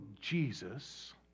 Jesus